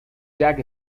jack